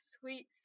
sweet